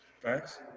thanks